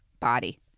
body